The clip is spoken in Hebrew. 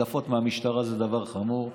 הדלפות מהמשטרה זה דבר חמור,